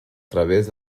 través